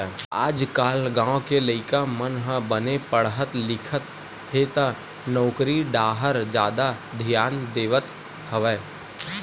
आजकाल गाँव के लइका मन ह बने पड़हत लिखत हे त नउकरी डाहर जादा धियान देवत हवय